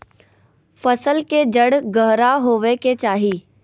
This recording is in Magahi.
फसल के जड़ गहरा होबय के चाही